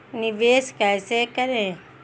निवेश कैसे करें?